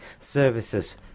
services